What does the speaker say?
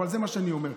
אבל זה מה שאני אומר: